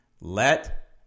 Let